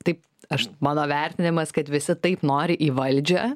taip aš mano vertinimas kad visi taip nori į valdžią